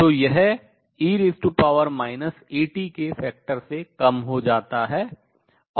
तो यह e At के factor गुणक से कम हो जाता है